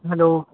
hello